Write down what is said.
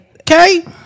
Okay